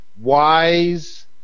wise